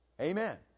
amen